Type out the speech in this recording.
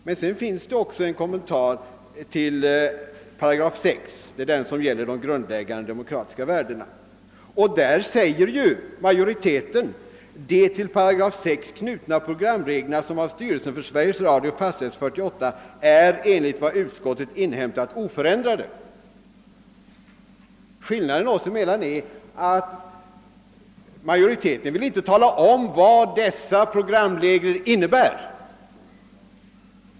Men sedan finns det också en kommentar till 8 6 — det är den som gäller de grundläggande demokratiska värdena — och där ut talar majoriteten följande: »De till § 6 knutna programreglerna, som av styrelsen för Sveriges Radio fastställdes 1948, är enligt vad utskottet inhämtat oförändrade.» Skillnaden oss emellan är att majoriteten inte vill tala om vad dessa programregler innebär.